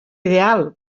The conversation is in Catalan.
ideal